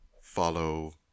follow